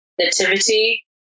nativity